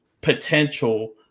potential